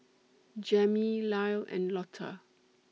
Jammie Lyle and Lotta